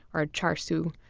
or char siu,